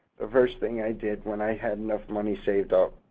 the first thing i did when i had enough money saved up